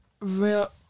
Real